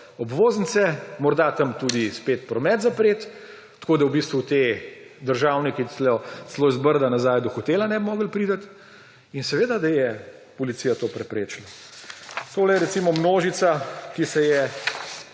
obvoznice, morda tam tudi spet promet zapreti, tako da v bistvu ti državniki celo z Brda nazaj do hotela ne bi mogli priti. In seveda je policija to preprečila. To je recimo množica, ki se je